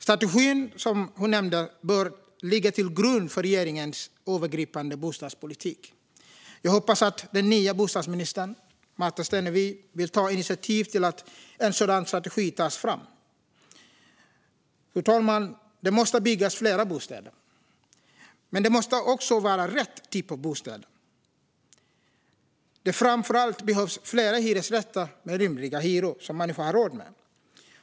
Strategin bör ligga till grund för regeringens övergripande bostadspolitik. Jag hoppas att den nya bostadsministern Märta Stenevi vill ta initiativ till att en sådan strategi tas fram. Fru talman! Det måste byggas fler bostäder, men det måste också vara rätt typ av bostäder. Framför allt behövs fler hyresrätter med rimliga hyror som människor har råd med.